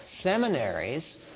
seminaries